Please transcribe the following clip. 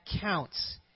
counts